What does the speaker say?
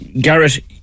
Garrett